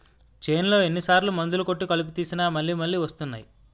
చేన్లో ఎన్ని సార్లు మందులు కొట్టి కలుపు తీసినా మళ్ళి మళ్ళి వస్తున్నాయి